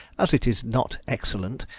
as it is not excellent,